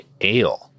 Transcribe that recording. ale